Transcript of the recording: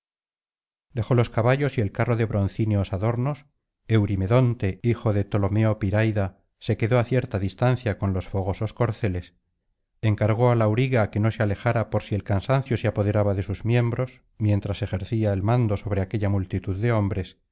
dejó los caballos y el carro de broncíneos adornos eurimedonte hijo de ptolomeo piraída se quedó á cierta distancia con los fogosos corceles encargó al auriga que no se alejara por si el cansancio se apoderaba de sus miembros mientras ejercía el mando sobre aquella multitud de hombres